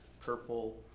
purple